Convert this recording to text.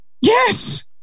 yes